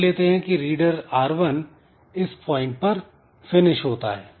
मान लेते हैं कि रीडर R1 इस पॉइंट पर फिनिश होता है